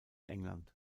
england